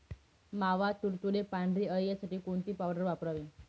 मावा, तुडतुडे, पांढरी अळी यासाठी कोणती पावडर वापरावी?